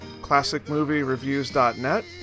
classicmoviereviews.net